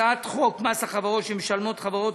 הצעת חוק מס החברות שמשלמות חברות